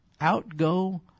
outgo